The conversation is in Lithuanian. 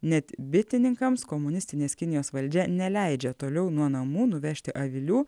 net bitininkams komunistinės kinijos valdžia neleidžia toliau nuo namų nuvežti avilių